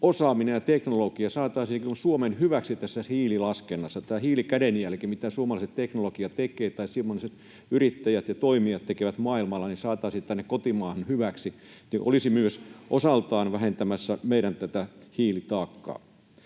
osaaminen ja teknologia saataisiin Suomen hyväksi tässä hiililaskennassa? Miten tämä hiilikädenjälki — se, mitä suomalaiset teknologiat tai suomalaiset yrittäjät ja toimijat tekevät maailmalla — saataisiin kotimaankin hyväksi niin, että myös se olisi osaltaan vähentämässä tätä meidän hiilitaakkaa?